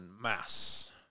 Mass